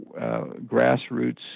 grassroots